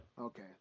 Okay